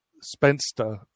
spencer